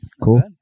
Cool